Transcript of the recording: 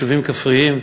יישובים כפריים,